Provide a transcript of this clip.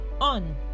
On